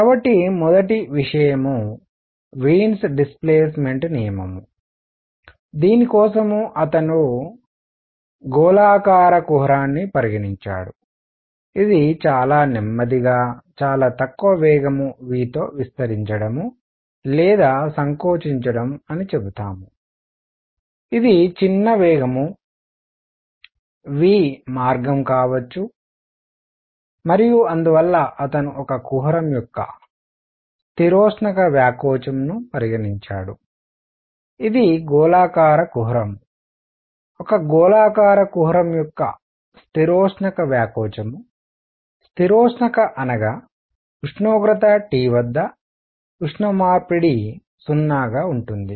కాబట్టి మొదటి విషయం వీన్స్ డిస్ప్లేస్మెంట్Wein's displacement నియమము దీని కోసం అతను గోళాకార కుహరాన్ని పరిగణించాడు ఇది చాలా నెమ్మదిగా చాలా తక్కువ వేగం v తో విస్తరించడం లేదా సంకోచించడం అని చెబుతాం ఇది చిన్న వేగం v మార్గం కావచ్చు మరియు అందువల్ల అతను ఒక కుహరం యొక్క స్థిరోష్ణక వ్యాకోచమును పరిగణించాడు ఇది గోళాకార కుహరం ఒక గోళాకార కుహరం యొక్క స్థిరోష్ణక వ్యాకోచము స్థిరోష్ణక అనగా ఉష్ణోగ్రత T వద్ద ఉష్ణ మార్పిడి 0 గా ఉంటుంది